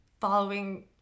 following